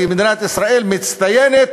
ומדינת ישראל מצטיינת,